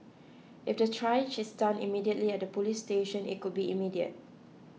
if the triage is done immediately at the police station it could be immediate